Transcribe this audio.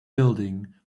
building